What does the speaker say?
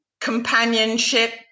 companionship